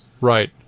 Right